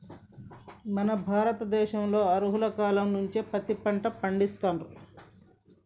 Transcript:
మన భారత దేశంలో ఆర్యుల కాలం నుంచే పత్తి పంట పండిత్తుర్రు